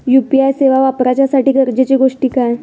UPI सेवा वापराच्यासाठी गरजेचे गोष्टी काय?